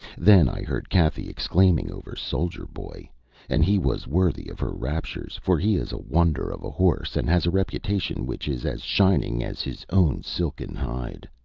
then i heard cathy exclaiming over soldier boy and he was worthy of her raptures, for he is a wonder of a horse, and has a reputation which is as shining as his own silken hide.